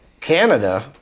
Canada